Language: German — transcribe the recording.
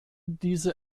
diese